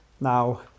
Now